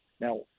Now